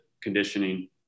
conditioning